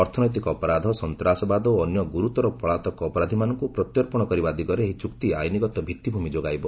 ଅର୍ଥନୈତିକ ଅପରାଧ ସନ୍ତାସବାଦ ଓ ଅନ୍ୟ ଗୁରୁତର ପଳାତକ ଅପରାଧିମାନଙ୍କୁ ପ୍ରତ୍ୟର୍ପଣ କରିବା ଦିଗରେ ଏହି ଚୁକ୍ତି ଆଇନଗତ ଭିଭି଼ମି ଯୋଗାଇବ